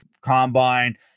combine